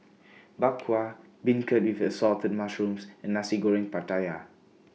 Bak Kwa Beancurd with Assorted Mushrooms and Nasi Goreng Pattaya